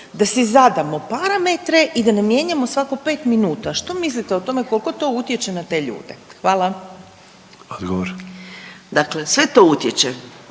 da si zadamo parametre i da ne mijenjamo svako 5 minuta. Što mislite o tome, koliko je to utječe na te ljude? Hvala. **Sanader, Ante